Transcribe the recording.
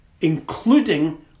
including